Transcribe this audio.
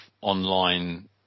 online